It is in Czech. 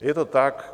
Je to tak.